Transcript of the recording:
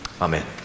Amen